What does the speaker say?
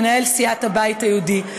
מנהל סיעת הבית היהודי,